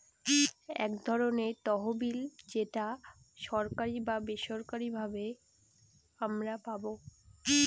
এক ধরনের তহবিল যেটা সরকারি বা বেসরকারি ভাবে আমারা পাবো